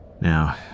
Now